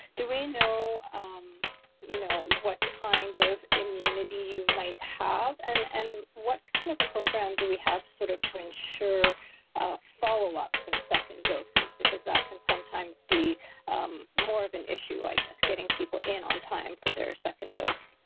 do we know um you know what kind of immunity you might have? and and what kind of program do we have sort of to ensure follow-ups in second doses? because that can sometimes be more of an issue, i guess, getting people in on time for their second dose.